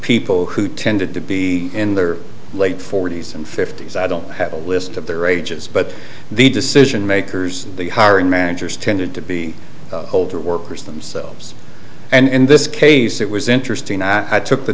people who tended to be in their late forty's and fifty's i don't have a list of their ages but the decision makers the hiring managers tended to be older workers themselves and in this case it was interesting i took the